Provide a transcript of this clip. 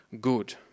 good